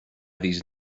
these